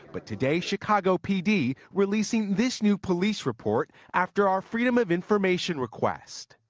but today chicago p d. releasing this new police report after our freedom of information request.